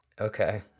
Okay